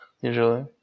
usually